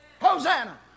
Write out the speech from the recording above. Hosanna